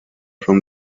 from